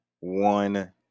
one